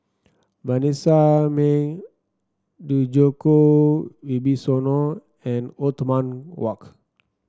Vanessa Mae Djoko Wibisono and Othman Wok